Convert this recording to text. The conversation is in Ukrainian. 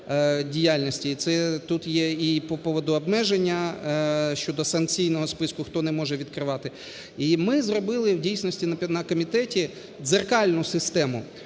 це тут є і по поводу обмеження щодо санкційного списку, хто не може відкривати. І ми зробили, в дійсності, на комітеті, дзеркальну систему,